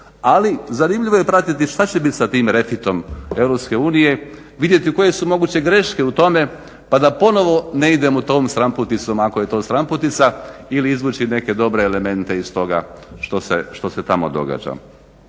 ali zanimljivo je pratiti šta će biti sa tim REFIT-om EU vidjeti koje su moguće greške u tome pa da ponovo ne idemo tom stranputicom ako je to stranputica ili izvući neke dobre elemente iz toga što se tamo događa.